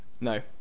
no